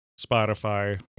Spotify